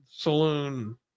saloon